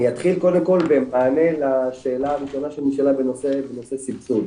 אני אתחיל קודם כל במענה לשאלה הראשונה שנשאלה בנושא סבסוד.